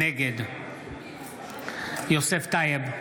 נגד יוסף טייב,